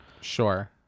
Sure